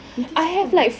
meeting apa